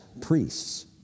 priests